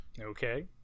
Okay